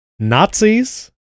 Nazis